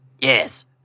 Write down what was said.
Yes